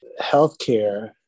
healthcare